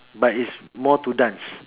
but is more to dance